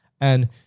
and-